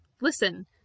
Listen